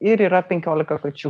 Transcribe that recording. ir yra penkiolika kačių